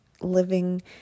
living